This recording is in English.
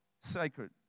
sacred